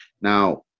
Now